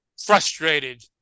frustrated